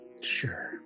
Sure